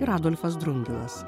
ir adolfas drungilas